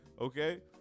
Okay